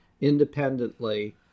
independently